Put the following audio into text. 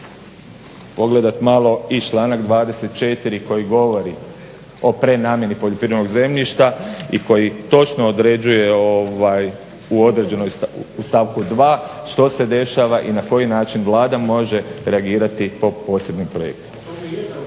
pogledati malo i članak 24. koji govori o prenamjeni poljoprivrednog zemljišta i koji točno određuje u određenoj, stavku 2 što se dešava i na koji način Vlada može reagirati po posebnim projektima.